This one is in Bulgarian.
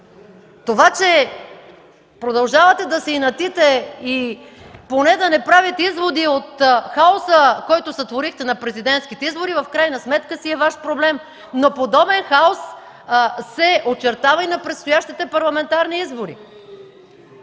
Това че продължавате да се инатите и не правите извод от хаоса, който сътворихте на президентските избори, в крайна сметка си е Ваш проблем. Подобен хаос се очертава и на предстоящите парламентарни избори.